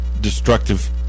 destructive